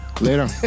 Later